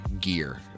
gear